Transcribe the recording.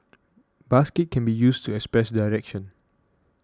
basket can be used to express direction